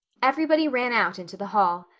everybody ran out into the hall.